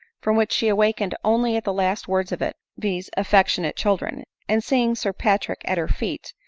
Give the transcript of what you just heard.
from which she awakened only at the last words of it, viz. affectionate children and seeing sir patrick at her feet,